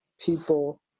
people